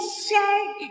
shirt